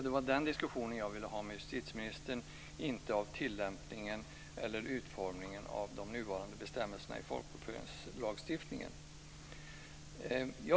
Det var den diskussionen jag ville ha med justitieministern och inte en diskussion om tillämpningen eller utformningen av de nuvarande bestämmelsen i folkbokföringslagstiftningen.